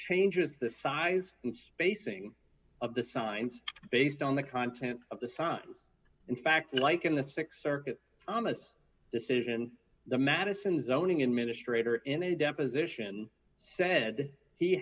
changes the size and spacing of the signs based on the content of the sign in fact like in the six circuit on this decision the madison zoning administrator in a deposition said he